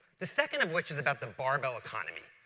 the second of which is about the barbell economy,